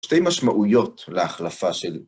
שתי משמעויות להחלפה שלי.